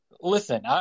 listen